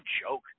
joke